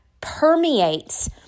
permeates